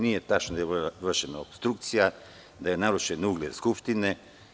Nije tačno da je vršena opstrukcije, da je narušen ugled Skupštine.